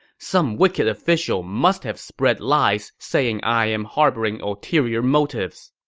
some wicked official must have spread lies saying i'm harboring ulterior motives